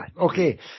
okay